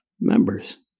members